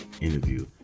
interview